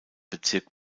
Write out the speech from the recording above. bezirk